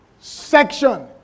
section